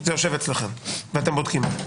זה ישב אצלכם ואתם תבדקו את זה,